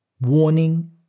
warning